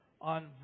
on